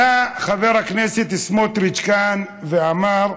עלה לכאן חבר הכנסת סמוטריץ ואמר: